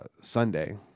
Sunday